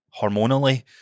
Hormonally